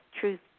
truth